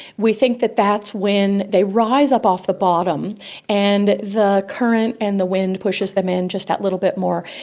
we think that that's when they rise up off the bottom and the current and the wind pushes them in just that little bit more,